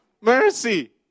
Mercy